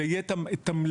ויהיה את המלאי